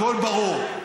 הכול ברור.